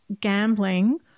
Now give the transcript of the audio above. gambling